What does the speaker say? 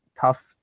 tough